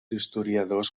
historiadors